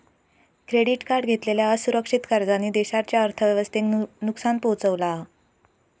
credit card घेतलेल्या असुरक्षित कर्जांनी देशाच्या अर्थव्यवस्थेक नुकसान पोहचवला हा